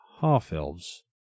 half-elves